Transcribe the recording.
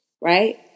right